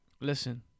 Listen